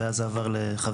ואז זה עבר לחברי,